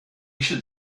should